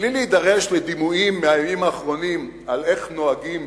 בלי להידרש לדימויים מהימים האחרונים על איך נוהגים